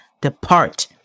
depart